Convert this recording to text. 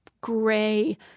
gray